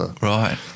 Right